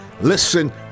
listen